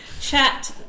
chat